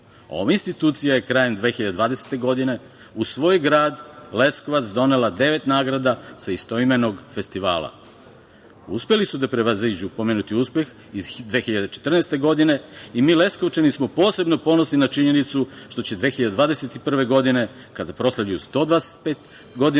institucija je krajem 2020. godine u svoj grad Leskovac donela devet nagrada sa istoimenog festivala. Uspeli su da prevaziđu pomenuti uspeh iz 2014. godine i mi Leskovčani smo posebno ponosni na činjenicu što će 2021. godine, kada proslavimo 125 godina